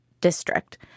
district